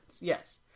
Yes